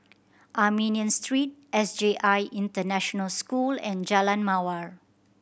Armenian Street S J I International School and Jalan Mawar